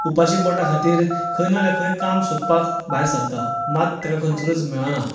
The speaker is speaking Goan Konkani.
उपाशी पोटा खातीर खंय ना जाल्यार खंय काम सोदपाक भायर सरता मात ताका खंयसरच मेळना